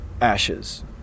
ashes